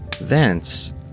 Thence